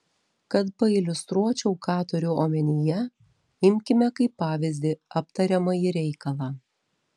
kad pailiustruočiau ką turiu omenyje imkime kaip pavyzdį aptariamąjį reikalą